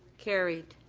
carried.